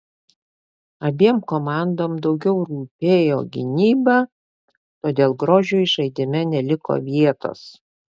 abiem komandom daugiau rūpėjo gynyba todėl grožiui žaidime neliko vietos